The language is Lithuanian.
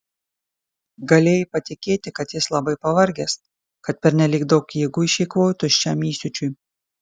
galėjai patikėti kad jis labai pavargęs kad pernelyg daug jėgų išeikvojo tuščiam įsiūčiui